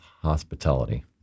hospitality